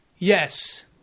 Yes